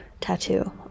tattoo